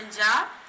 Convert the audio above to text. Punjab